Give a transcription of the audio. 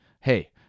hey